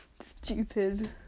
stupid